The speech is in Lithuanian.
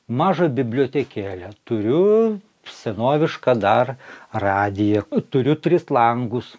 mažą bibliotekėlę turiu senovišką dar radiją turiu tris langus